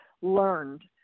learned